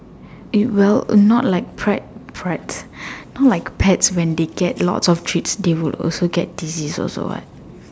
it will not like right you know like pets when they get lots of treats they would also get disease also what